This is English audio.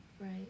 Right